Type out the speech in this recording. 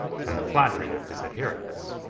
and the flattery of his adherents.